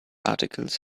articles